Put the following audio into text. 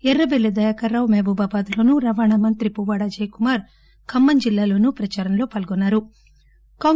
ఎర్రబెల్లి దయాకర్ రావ మహబూబాబాద్ లోను రవాణా మంత్రి పువ్వాడ అజయ్ కుమార్ ఖమ్మం జిల్లాలో ప్రచారంలో పాల్గొన్సారు